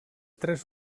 tres